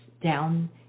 down